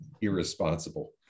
Irresponsible